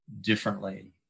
differently